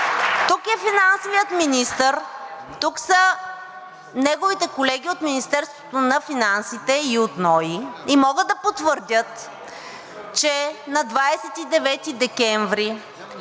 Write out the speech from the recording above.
Тук е финансовият министър, тук са неговите колеги от Министерството на финансите и от НОИ, и могат да потвърдят, че на 29 декември